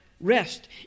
rest